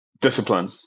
discipline